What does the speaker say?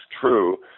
true